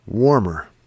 Warmer